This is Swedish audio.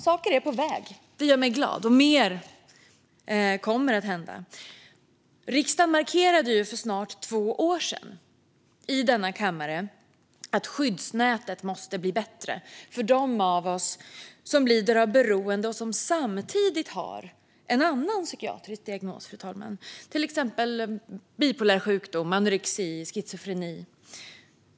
Saker är på väg, vilket gör mig glad, och mer kommer att hända. Riksdagen markerade för snart två år sedan i denna kammare att skyddsnätet måste bli bättre för dem av oss som lider av beroende och som samtidigt har en annan psykiatrisk diagnos, till exempel bipolär sjukdom, anorexi och schizofreni.